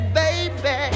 baby